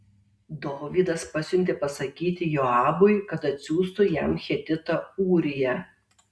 dovydas pasiuntė pasakyti joabui kad atsiųstų jam hetitą ūriją